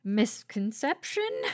misconception